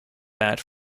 that